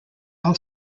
all